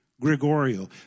Gregorio